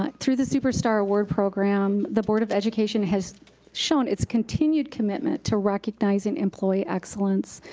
like through the super star award program, the board of education has shown its continued commitment to recognize and employ excellence.